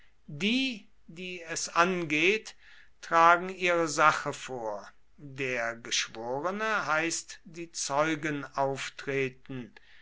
die es angeht tragen ihre sache vor der geschworene heißt die zeugen auftreten